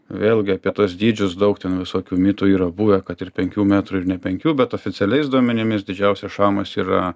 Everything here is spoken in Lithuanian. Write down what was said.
vėlgi apie tuos dydžius daug ten visokių mitų yra buvę kad ir penkių metrų ir ne penkių bet oficialiais duomenimis didžiausia šamas yra